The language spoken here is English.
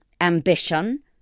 ambition